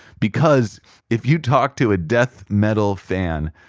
because if you talk to a death metal fan,